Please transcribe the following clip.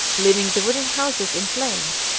leaving the wooden houses in flames,